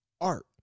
art